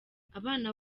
abana